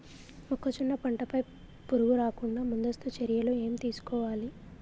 మొక్కజొన్న పంట పై పురుగు రాకుండా ముందస్తు చర్యలు ఏం తీసుకోవాలి?